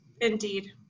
indeed